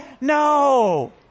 No